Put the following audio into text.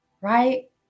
right